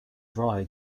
dry